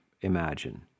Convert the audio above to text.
imagine